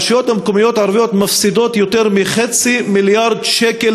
הרשויות המקומיות הערביות מפסידות יותר מחצי מיליארד שקל